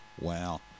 Wow